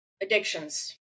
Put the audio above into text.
addictions